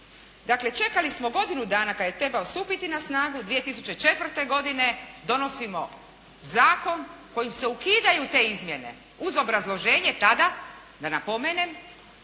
Dakle čekali smo godinu dana kad je trebao stupiti na snagu 2004. godine donosimo zakon kojim se ukidaju te izmjene. Uz obrazloženje tada da napomenem